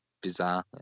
bizarre